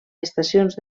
estacions